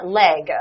leg